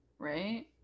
right